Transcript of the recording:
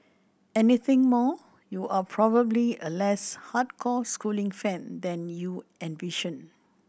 anything more you are probably a less hardcore schooling fan than you envisioned